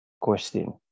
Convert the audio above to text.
question